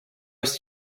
ist